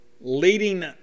leading